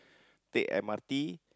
take M_R_